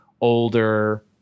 older